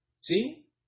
See